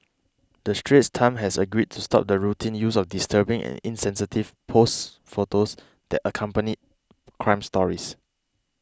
the Straits Times has agreed to stop the routine use of disturbing and insensitive posed photos that accompany crime stories